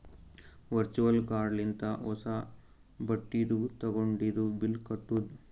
virtual card ಲಿಂತ ಹೊಸಾ ಬಟ್ಟಿದು ತಗೊಂಡಿದು ಬಿಲ್ ಕಟ್ಟುದ್